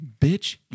bitch